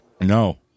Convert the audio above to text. No